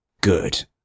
Good